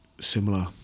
similar